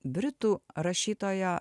britų rašytojo